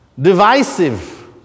divisive